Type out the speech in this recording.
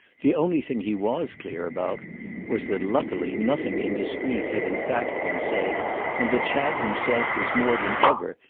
the only thing he was clear about was that, luckily, nothing indiscreet had in fact been said and that chad himself was more than ever,